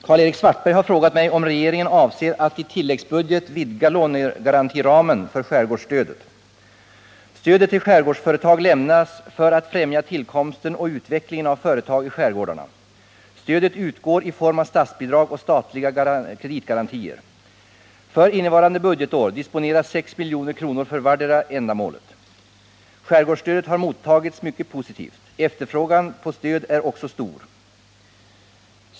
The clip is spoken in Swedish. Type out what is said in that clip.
Herr talman! Karl-Erik Svartberg har frågat mig om regeringen avser att i tilläggsbudget vidga lånegarantiramen för skärgårdsstödet. Stöd till skärgårdsföretag lämnas för att främja tillkomsten och utvecklingen av företag i skärgårdarna. Stödet utgår i form av statsbidrag och statliga kreditgarantier. För innevarande budgetår disponeras 6 milj.kr. för vartdera ändamålet. Skärgårdsstödet har mottagits mycket positivt. Efterfrågan på stöd är också stor.